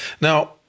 Now